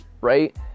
right